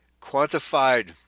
quantified